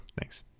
Thanks